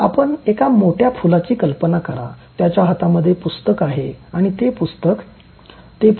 तर आपण एका मोठ्या फुलाची कल्पना करा त्याच्या हातात पुस्तक आहे आणि ते पुस्तक वाचत आहे